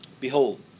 Behold